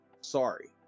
Sorry